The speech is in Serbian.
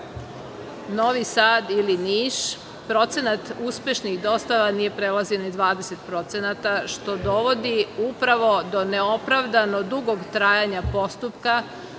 Novi Sad ili Niš. Procenat uspešnih dostava nije prelazio ni 20% što dovodi upravo do neopravdano dugog trajanja postupka,